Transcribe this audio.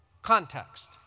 context